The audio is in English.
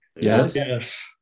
Yes